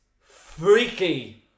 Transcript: freaky